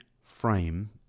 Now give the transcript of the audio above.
frame